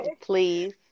please